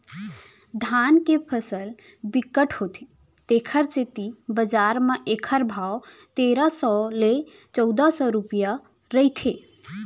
धान के फसल बिकट होथे तेखर सेती बजार म एखर भाव तेरा सव ले चउदा सव रूपिया रहिथे